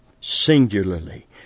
singularly